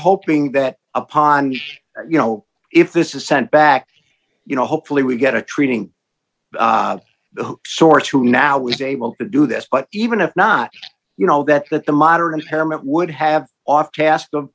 hoping that upon you know if this is sent back you know hopefully we get a treating source who now is able to do this but even if not you know that that the modern impairment would have off task the